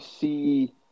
see